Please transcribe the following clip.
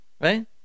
right